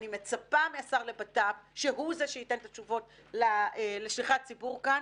אני מצפה מהשר לבט"פ שהוא זה שייתן את התשובות לשליחי הציבור כאן.